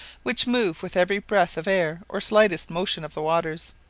which move with every breath of air or slightest motion of the waters.